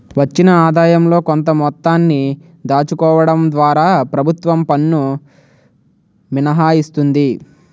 వచ్చిన ఆదాయంలో కొంత మొత్తాన్ని దాచుకోవడం ద్వారా ప్రభుత్వం పన్ను మినహాయిస్తుంది